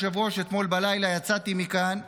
אתמול בלילה, אדוני היושב-ראש, יצאתי מכאן הביתה,